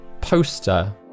poster